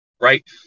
right